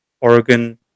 Oregon